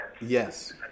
Yes